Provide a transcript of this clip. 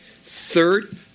Third